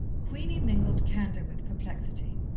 queenie mingled candour with perplexity,